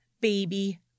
baby